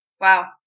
Wow